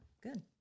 Good